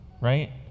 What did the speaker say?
right